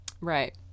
Right